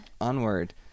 Onward